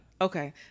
okay